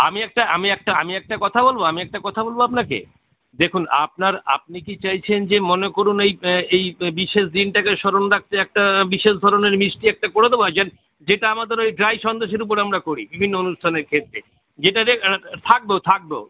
আমি একটা আমি একটা আমি একটা কথা বলবো আমি একটা কথা বলবো আপনাকে দেখুন আপনার আপনি কী চাইছেন যে মনে করুন এই এই বিশেষ দিনটাকে স্মরণ রাখতে একটা বিশেষ ধরনের মিষ্টি একটা করে দোবো যেন যেটা আমাদের ওই ড্রাই সন্দেশের উপরে আমরা করি বিভিন্ন অনুষ্ঠানের ক্ষেত্রে যেটাতে থাকবেও থাকবেও